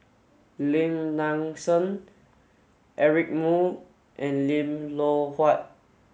Lim Nang Seng Eric Moo and Lim Loh Huat